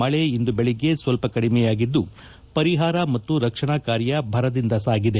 ಮಳೆ ಇಂದು ಬೆಳಗ್ಗೆ ಸ್ವಲ್ಪ ಕಡಿಮೆಯಾಗಿದ್ದು ಪರಿಹಾರ ಮತ್ತು ರಕ್ಷಣಾ ಕಾರ್ಯ ಭರದಿಂದ ಸಾಗಿದೆ